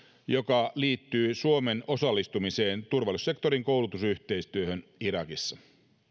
joka liittyy suomen osallistumiseen turvallisuussektorin koulutusyhteistyöhön irakissa